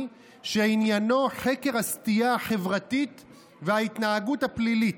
שעניינו חקר הסטייה החברתית וההתנהגות הפלילית.